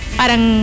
parang